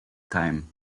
time